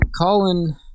colin